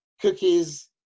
cookies